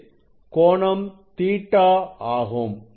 இது கோணம் Ɵ ஆகும்